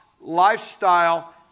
lifestyle